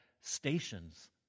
stations